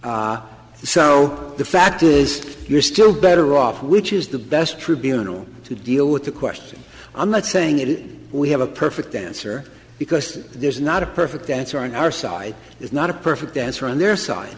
so the fact is you're still better off which is the best tribunal to deal with the question i'm not saying that it we have a perfect answer because there's not a perfect answer on our side it's not a perfect answer on their side